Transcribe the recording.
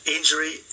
Injury